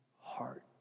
heart